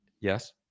yes